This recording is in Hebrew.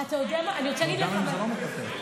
גם אם זה לא מתהפך,